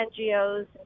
NGOs